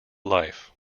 life